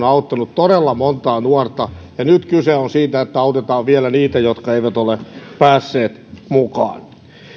auttaneet todella montaa nuorta ja nyt kyse on siitä että autetaan vielä niitä jotka eivät ole päässeet mukaan